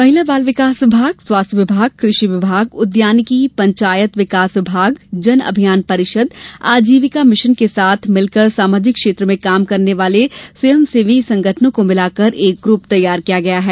महिला बाल विकास विभाग स्वास्थ्य विभाग कृषि विभाग उद्यानिकी विभाग पंचायत विकास विभाग जन अभियान परिषद आजीविका मिशन के साथ समाजिक क्षेत्र में काम करने वाले स्वयं सेवी संगठनों को मिलाकर एक ग्रूप तैयार किया गया है